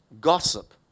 gossip